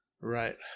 Right